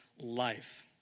life